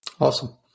Awesome